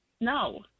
No